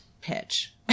pitch